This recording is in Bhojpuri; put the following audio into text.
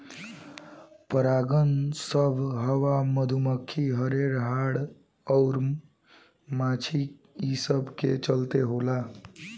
परागन सभ हवा, मधुमखी, हर्रे, हाड़ अउर माछी ई सब के चलते होला